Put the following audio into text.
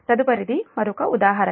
తదుపరిది మరొక ఉదాహరణ